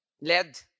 led